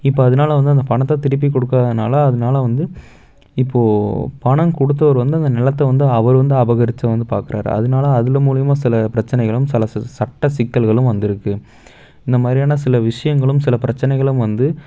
இப்போ அதனால வந்து அந்த பணத்தை திருப்பி கொடுக்காதனால அதனால வந்து இப்போது பணம் கொடுத்தவர் வந்து அந்த நிலத்த வந்து அவர் வந்து அபகரிச்சு வந்து பார்க்குறாரு அதனால அதில் மூலயமா சில பிரச்சனைகளும் சில சட்ட சிக்கல்களும் வந்துருக்குது இந்தமாதிரியான சில விஷயங்களும் சில பிரச்சனைகளும் வந்து